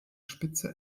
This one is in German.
spitze